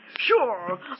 Sure